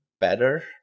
better